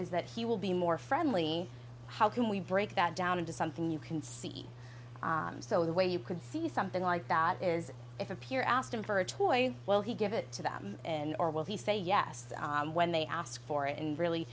is that he will be more friendly how can we break that down into something you can see so the way you could see something like that is if a peer asked him for a toy will he give it to them and or will he say yes when they ask for it and really